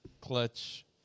Clutch